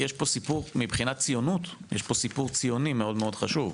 מבחינת ציונות יש פה סיפור ציוני מאוד חשוב.